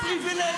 כל עשרה ימים.